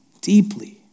deeply